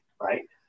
right